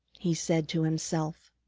he said to himself.